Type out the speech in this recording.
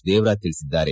ದೇವರಾಜ್ ತಿಳಿಸಿದ್ದಾರೆ